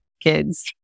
kids